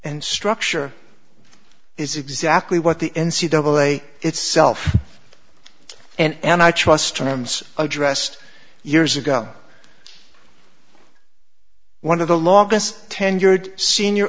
and structure is exactly what the n c double a itself and i trust an ems addressed years ago one of the longest tenured senior